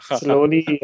slowly